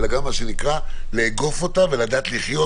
אלא גם מה שנקרא לאגוף אותה ולדעת לחיות